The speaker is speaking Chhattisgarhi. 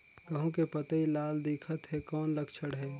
गहूं के पतई लाल दिखत हे कौन लक्षण हे?